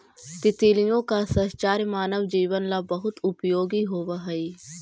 तितलियों का साहचर्य मानव जीवन ला बहुत उपयोगी होवअ हई